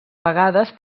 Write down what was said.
vegades